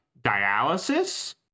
dialysis